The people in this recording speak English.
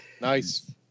Nice